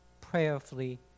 prayerfully